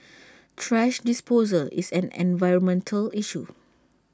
thrash disposal is an environmental issue